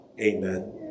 Amen